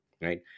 right